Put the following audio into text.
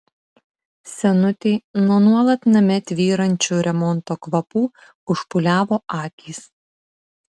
senutei nuo nuolat name tvyrančių remonto kvapų užpūliavo akys